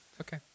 Okay